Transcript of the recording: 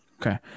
Okay